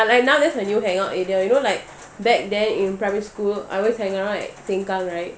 ya like now that's my new hangout area you know like back then in primary school I always hang out right seng kang right